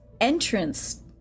entrance